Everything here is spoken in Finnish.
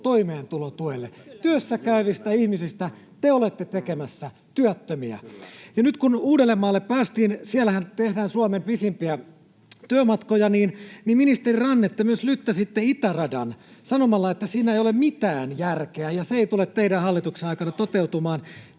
toimeentulotuelle. Työssäkäyvistä ihmisistä te olette tekemässä työttömiä. Ja nyt kun Uudellemaalle päästiin, niin siellähän tehdään Suomen pisimpiä työmatkoja, ja ministeri Ranne, te myös lyttäsitte itäradan sanomalla, että siinä ei ole mitään järkeä ja se ei tule teidän hallituksenne aikana toteutumaan.